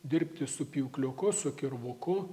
dirbti su pjūkliuku su kirvuku